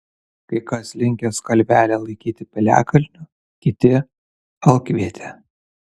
kai kas linkęs kalvelę laikyti piliakalniu kiti alkviete